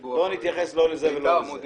אתייחס לא לזאת ולא לזאת,